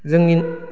जोंनि